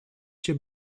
cię